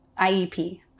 IEP